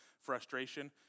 Frustration